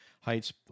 heights